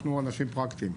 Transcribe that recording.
אנחנו אנשים פרקטיים.